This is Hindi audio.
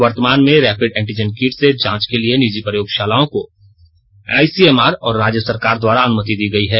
वर्तमान में रैपिड एंटीजन किट से जांच के लिए निजी प्रयोगशालाओं को आईसीएमआर और राज्य सरकार द्वार अनुमति दी गई है